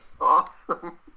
Awesome